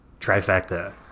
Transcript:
Trifecta